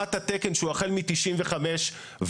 לרמת התקן שהוא החל מ-95 ומעלה.